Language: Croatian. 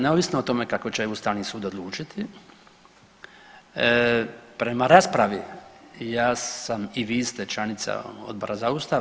Neovisno o tome kako će Ustavni sud odlučiti prema raspravi ja sam i vi ste članica Odbora za Ustav.